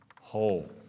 whole